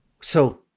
So-